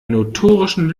notorischen